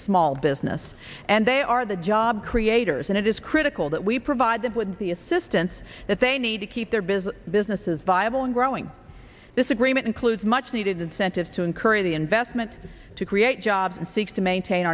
small business and they are the job creators and it is critical that we provide them with the assistance that they need to keep their business businesses viable and growing this agreement includes much needed incentives to encourage investment to create jobs and seeks to maintain